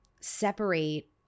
separate